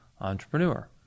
entrepreneur